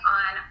on